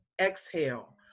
exhale